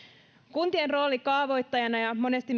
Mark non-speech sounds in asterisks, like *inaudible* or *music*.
kuntien rooli kaavoittajana ja monesti *unintelligible*